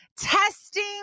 Testing